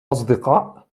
أصدقاء